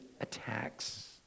attacks